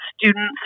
students